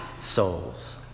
souls